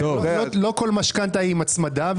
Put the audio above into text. לא כל משכנתא היא עם הצמדה,